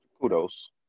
Kudos